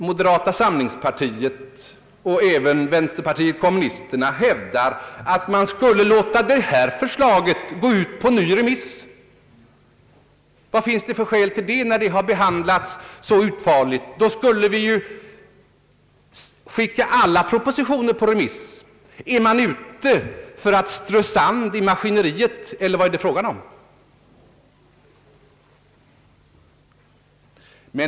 Moderata samlingspartiet och vänsterpartiet kommunisterna hävdar att man borde låta förslaget gå ut på ny remiss. Vad finns det för skäl till detta, när det har behandlats så utförligt? Då skulle vi ju skicka alla propositioner på remiss. Är man ute för att strö sand i maskineriet eller vad är det fråga om?